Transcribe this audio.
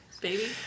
Baby